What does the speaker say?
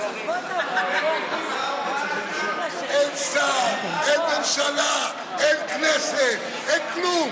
אין שר, אין ממשלה, אין כנסת, אין כלום.